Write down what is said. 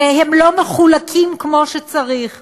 והם לא מחולקים כמו שצריך,